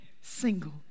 single